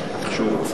חוק גנים לאומיים,